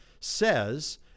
says